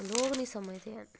लोग निं समझदे हैन